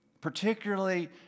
particularly